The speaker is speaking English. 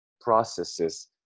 processes